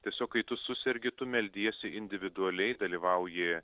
tiesiog kai tu susergi tu meldiesi individualiai dalyvauji